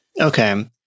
Okay